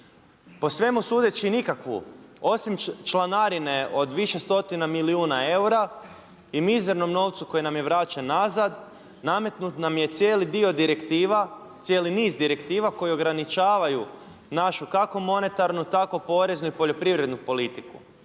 Po svemu sudeći nikakvu osim članarine od više stotina milijuna eura i mizernom novcu koji nam je vraćen nazad nametnut nam je cijeli niz direktiva koji ograničavaju našu kako monetarnu, tako poreznu i poljoprivrednu politiku.